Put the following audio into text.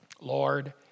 Lord